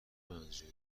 منظور